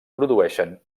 produeixen